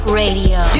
radio